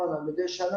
מאחר שהיום מדינת ישראל